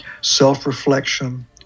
self-reflection